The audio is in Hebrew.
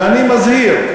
ואני מזהיר.